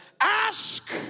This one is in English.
Ask